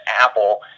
Apple